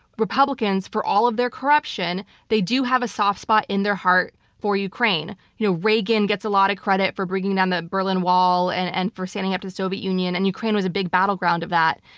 republicans, for all of their corruption, they do have a soft spot in their heart for ukraine. you know, reagan gets a lot of credit for bringing down the berlin wall and and for standing up to the soviet union, and ukraine was a big battleground of that.